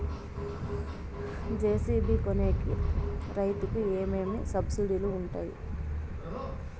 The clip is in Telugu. జె.సి.బి కొనేకి రైతుకు ఏమేమి సబ్సిడి లు వుంటాయి?